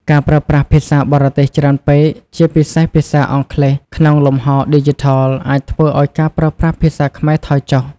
ការប្រើប្រាស់ភាសាបរទេសច្រើនពេក ជាពិសេសភាសាអង់គ្លេស ក្នុងលំហឌីជីថល អាចធ្វើឱ្យការប្រើប្រាស់ភាសាខ្មែរថយចុះ។